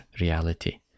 reality